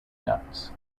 nuts